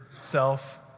self